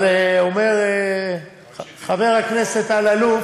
אבל אומר חבר הכנסת אלאלוף